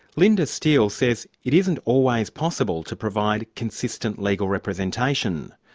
linda steele says it isn't always possible to provide consistent legal representation.